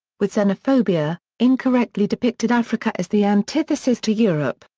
with xenophobia, incorrectly depicted africa as the antithesis to europe,